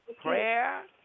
prayer